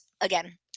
again